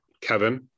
Kevin